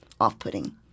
off-putting